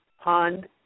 pond